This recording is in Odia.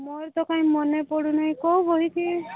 ମୋର ତ କାଇଁ ମନେ ପଡ଼ୁ ନାଇଁ କେଉଁ ବହି କି